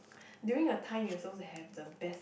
during a time you are supposed to have the best